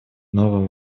новым